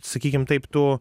sakykim taip tu